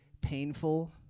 painful